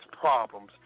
problems